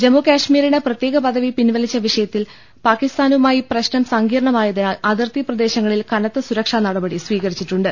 ജമ്മുർകശ്മീരിന് പ്രത്യേകപദവി പിൻവലിച്ച വിഷയത്തിൽ പാക്കിസ്ഥാനുമായി പ്രശ്നം സങ്കീർണ്ണമായതിനാൽ അതിർത്തി പ്രദേ ശങ്ങളിൽ കനത്ത സുരക്ഷാ നടപടി സ്വീകരിച്ചിട്ടുണ്ട്